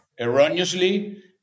erroneously